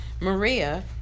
Maria